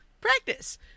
practice